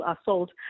assault